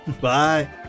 Bye